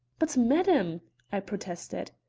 but, madam i protested.